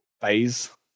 phase